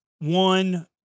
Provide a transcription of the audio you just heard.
One